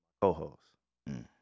Co-host